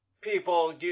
People